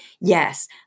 yes